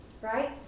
Right